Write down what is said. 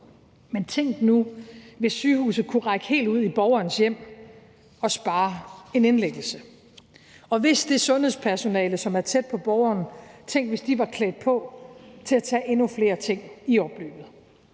Men tænk nu, hvis sygehuset kunne række helt ud i borgerens hjem og spare en indlæggelse. Og tænk, hvis det sundhedspersonale, som er tæt på borgeren, var klædt på til at tage endnu flere ting i opløbet.